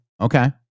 Okay